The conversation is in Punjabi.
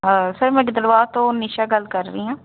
ਸਰ ਮੈਂ ਗਿੱਦੜਵਾਹਾ ਤੋਂ ਨਿਸ਼ਾ ਗੱਲ ਕਰ ਰਹੀ ਹਾਂ